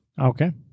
Okay